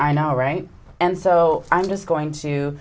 i know all right and so i'm just going to